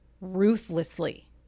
ruthlessly